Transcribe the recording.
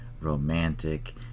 romantic